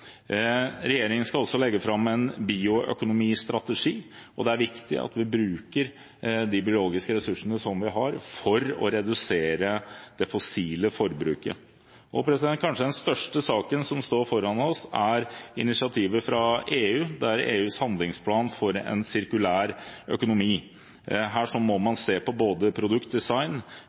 Regjeringen skal også legge fram en bioøkonomistrategi, og det er viktig at vi bruker de biologiske ressursene vi har, for å redusere det fossile forbruket. Og kanskje er den største saken som står foran oss, initiativet fra EU – EUs handlingsplan for en sirkulær økonomi. Her må man se på både produktdesign, produktprosesser – hele livsløpet for et produkt